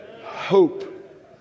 Hope